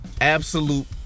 absolute